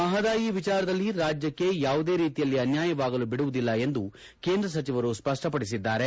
ಮಹದಾಯಿ ವಿಚಾರದಲ್ಲಿ ರಾಜ್ಯಕ್ಷೆ ಯಾವುದೇ ರೀತಿಯಲ್ಲಿ ಅನ್ಯಾಯವಾಗಲು ಬಿಡುವುದಿಲ್ಲ ಎಂದು ಕೇಂದ್ರ ಸಚಿವರು ಸ್ಪಷ್ಪಪಡಿಸಿದ್ದಾರೆ